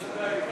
התשע"ד 2013,